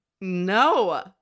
No